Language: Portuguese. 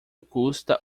custa